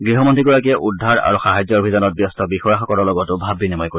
গৃহমন্ত্ৰীগৰাকীয়ে উদ্ধাৰ আৰু সাহায্য অভিযানত ব্যস্ত বিষয়াসকলৰ লগতো ভাৱ বিনিময় কৰিব